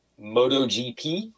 MotoGP